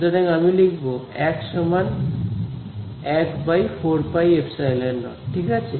সুতরাং আমি লিখব 1 14πε0 ঠিক আছে